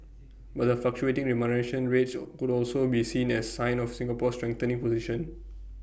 but the fluctuating remuneration rates could also be seen as A sign of Singapore's strengthening position